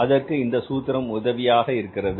அதற்கு இந்த சூத்திரம் உதவியாக இருக்கிறது